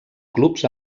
clubs